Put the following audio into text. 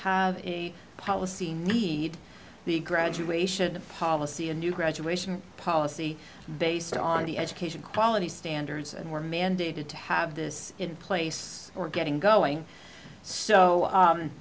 have a policy need the graduation a policy a new graduation policy based on the education quality standards and were mandated to have this in place or getting going so